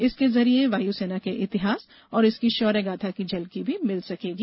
इसके जुरिए वायुसेना के इतिहास और इसकी शौर्यगाथा की झलकी भी मिल सकेगी